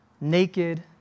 naked